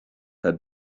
had